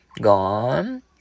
gone